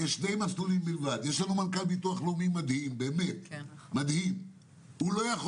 יש מנכ"ל ביטוח לאומי מדהים אבל הוא לא יכול